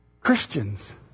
Christians